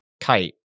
Kite